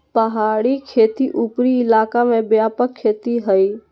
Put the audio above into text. पहाड़ी खेती उपरी इलाका में व्यापक खेती हइ